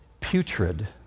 putrid